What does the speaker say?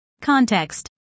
Context